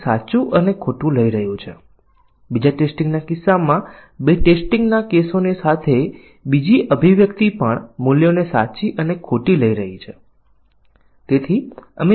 એક બાબત એ છે કે જો તમે પર્યાપ્ત બ્લેક બોક્સ પરીક્ષણ કરી રહ્યાં છો તો આપણે વ્હાઇટ બોક્સ પરીક્ષણ જરૂરી છે કે નહીં તે સ્પષ્ટ કરવું જોઈએ